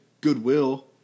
goodwill